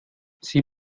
sieh